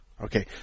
Okay